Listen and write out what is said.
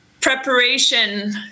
preparation